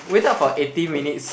we talk for eighty minutes